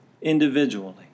individually